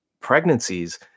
pregnancies